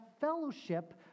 fellowship